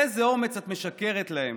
באיזה אומץ את משקרת להן?